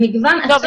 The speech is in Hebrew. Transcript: טוב,